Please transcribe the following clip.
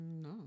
No